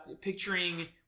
picturing